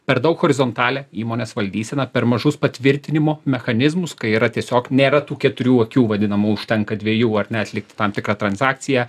per daug horizontalią įmonės valdyseną per mažus patvirtinimo mechanizmus kai yra tiesiog nėra tų keturių akių vadinamų užtenka dviejų ar ne atlikt tam tikrą transakciją